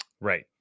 right